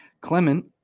Clement